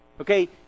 Okay